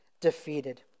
defeated